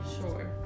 Sure